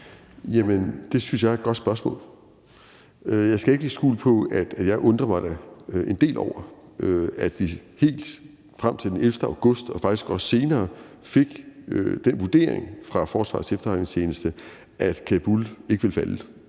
Jamen det synes jeg er et godt spørgsmål. Jeg skal ikke lægge skjul på, at jeg da undrer mig en del over, at vi helt frem til den 11. august og faktisk også senere fik den vurdering fra Forsvarets Efterretningstjeneste, at Kabul ikke ville falde